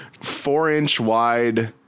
four-inch-wide